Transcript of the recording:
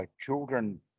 children